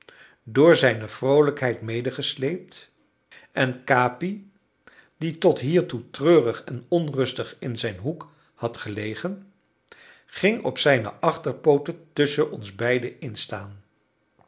door zijne vroolijkheid medegesleept en capi die tot hiertoe treurig en onrustig in zijn hoek had gelegen ging op zijne achterpooten tusschen ons beiden instaan